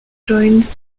joined